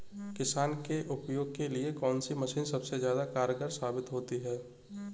किसान के उपयोग के लिए कौन सी मशीन सबसे ज्यादा कारगर साबित होती है?